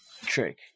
trick